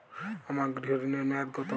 আমার গৃহ ঋণের মেয়াদ কত?